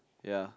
ya